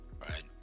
Right